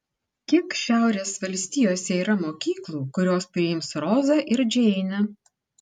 kiek šiaurės valstijose yra mokyklų kurios priims rozą ir džeinę